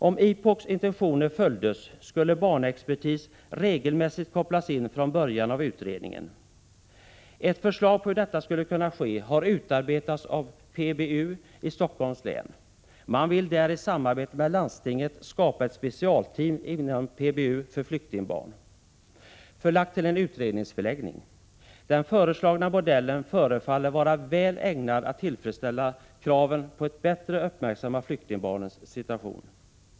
Om IPOK:s intentioner följdes, skulle barnexpertis regelmässigt kopplas in redan i början av utredningen. Ett förslag om hur detta skulle kunna ske har utarbetats av PBU i Stockholms län. Man vill där i samarbete med landstinget skapa ett specialteam inom PBU för flyktingbarn, förlagt till en utredningsförläggning. Den föreslagna modellen förefaller vara väl ägnad att tillfredsställa kraven när det gäller att bättre uppmärksamma flyktingbarnens situation.